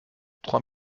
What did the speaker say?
trois